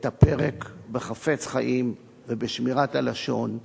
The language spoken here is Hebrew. את הפרק ב"חפץ חיים" וב"שמירת הלשון".